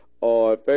On